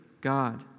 God